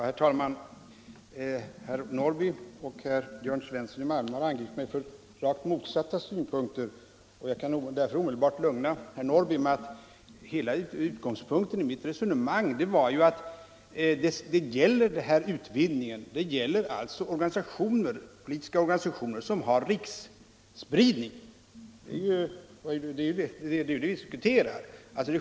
Herr talman! Herrar Norrby och Jörn Svensson i Malmö har angripit mig från rakt motsatta utgångspunkter. Jag kan omedelbart lugna herr Norrby med att utgångspunkten för mitt resonemang om en utvidgning enbart avsåg politiska organisationer med riksspridning. Det är ju det vi diskuterar.